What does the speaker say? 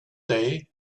day